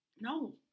No